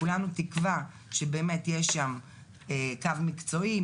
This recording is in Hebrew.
כולנו תקווה שבאמת יש קו מקצועי,